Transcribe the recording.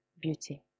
beauty